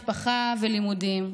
משפחה ולימודים.